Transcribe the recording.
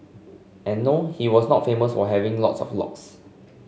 and no he was not famous for having lots of locks